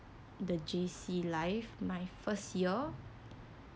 the J_C life my first year